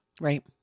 Right